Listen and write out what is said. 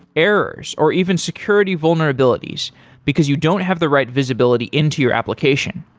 errors or even security vulnerabilities because you don't have the right visibility into your application?